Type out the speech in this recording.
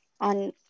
on